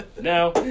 Now